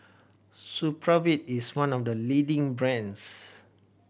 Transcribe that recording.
supravit is one of the leading brands